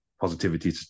positivity